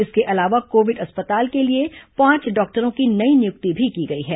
इसके अलावा कोविड अस्पताल के लिए पांच डाक्टरों की नई नियुक्ति भी की गई है